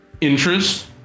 interest